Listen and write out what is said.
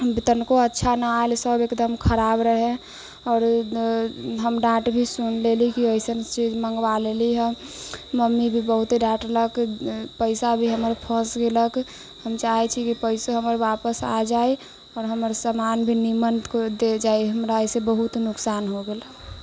तनिको अच्छा नहि आएल सब एकदम खराब रहै आओर हम डाँट भी सुन लेली कि वइसन चीज मँगबा लेली हइ मम्मी भी बहुत डाँटलक पइसा भी हमर फँसि गेलक हम चाहै छी कि पइसो हमर वापस आ जाए आओर हमर सामान भी नीमन कोइ दे जाए हमरा एहिसँ बहुत नुकसान हो गेलक